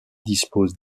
dispose